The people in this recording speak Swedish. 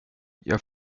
jag